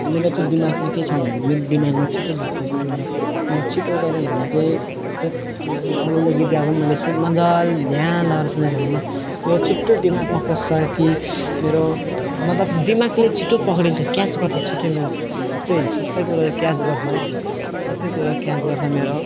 मेरो चाहिँ दिमागमा के छ भने मेरो दिमागमा चाहिँ छिटो ढुक्छ कि मेरो आफ्नो छिटो गऱ्यो भने चाहिँ जति अरूले गीत गाएको पनि मैले सुन मजाले ध्यान लगाएर सुनेको छ भने म मेरो छिट्टो दिमागमा पस्छ कि मेरो मतलब दिमागले छिट्टो पक्रिन्छ क्याच् गर्छ छिट्टै मेरो सबै सबै कुरालाई क्याच् गर्छ हो सबै कुरो क्याच् गर्छ मेरो